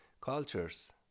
cultures